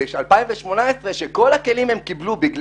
ב-2018 כשהם קיבלו את כל הכלים בגלל